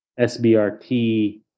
SBRT